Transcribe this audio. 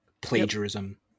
plagiarism